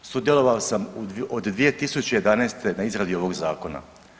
Sudjelovao sam od 2011. na izradi ovoga Zakona.